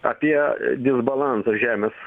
apie disbalansą žemės